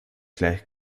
gleich